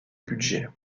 budget